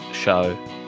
show